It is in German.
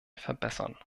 verbessern